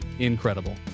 incredible